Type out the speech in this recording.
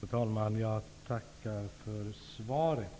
Fru talman! Jag tackar för svaret.